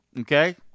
Okay